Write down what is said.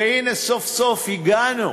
והנה סוף-סוף הגענו